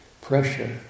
pressure